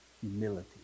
Humility